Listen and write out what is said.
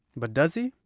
but does he?